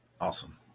Awesome